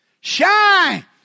Shine